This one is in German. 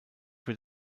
wird